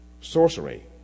sorcery